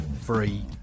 free